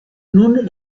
nun